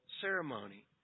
ceremony